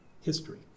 history